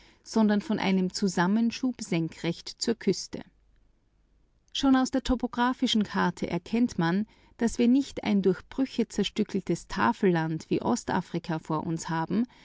sondern von einem zusammenschub senkrecht zur küste schon aus der topographischen karte erkennt man daß wir nicht ein durch brüche zerstückeltes tafelland wie ostafrika vor uns haben